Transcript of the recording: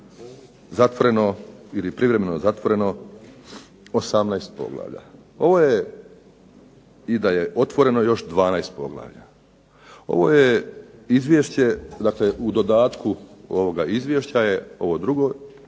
zatvoreno ili privremeno zatvoreno 18 poglavlja, da je i dalje otvoreno još 12 poglavlja. Ovo je izvješće, dakle u dodatku ovoga izvješća, je ovo drugo,